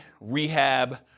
rehab